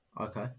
Okay